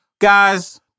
Guys